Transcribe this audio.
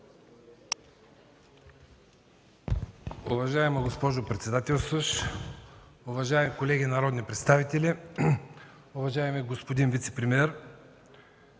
Уважаема госпожо председател, уважаеми колеги народни представители, уважаеми господин министър!